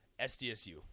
SDSU